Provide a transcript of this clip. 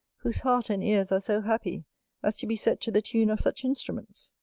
whose heart and ears are so happy as to be set to the tune of such instruments!